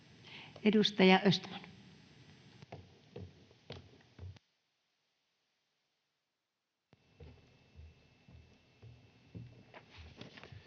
Edustaja Östman.